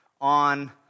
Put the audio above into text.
on